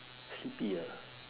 sleepy ah